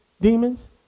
demons